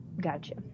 Gotcha